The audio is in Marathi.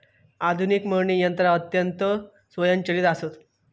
आधुनिक मळणी यंत्रा अत्यंत स्वयंचलित आसत